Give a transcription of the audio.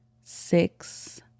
six